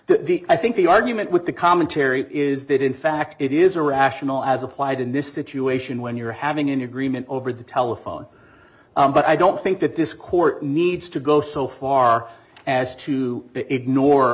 the i think the argument with the commentary is that in fact it is irrational as applied in this situation when you're having in agreement over the telephone but i don't think that this court needs to go so far as to ignore